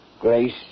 Grace